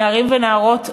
נערים ונערות עולים,